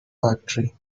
factory